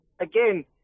again